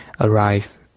arrive